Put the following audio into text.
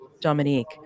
Dominique